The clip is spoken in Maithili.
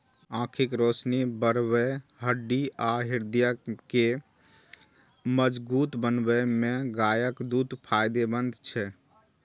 आंखिक रोशनी बढ़बै, हड्डी आ हृदय के मजगूत बनबै मे गायक दूध फायदेमंद छै